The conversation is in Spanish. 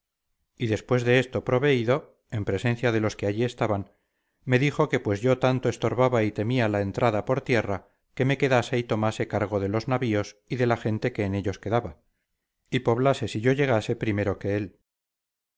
y después de esto proveído en presencia de los que allí estaban me dijo que pues yo tanto estorbaba y temía la entrada por tierra que me quedase y tomase cargo de los navíos y de la gente que en ellos quedaba y poblase si yo llegase primero que él